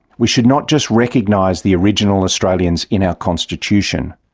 we should not just recognise the original australians in our constitution.